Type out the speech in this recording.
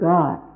God